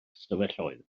ystafelloedd